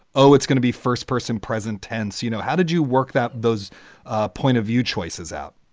oh, it's gonna be first person present tense, you know. how did you work that those point of view choices out?